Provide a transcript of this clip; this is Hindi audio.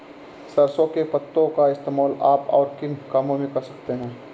सरसों के पत्तों का इस्तेमाल आप और किन कामों में कर सकते हो?